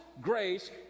grace